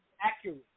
accurate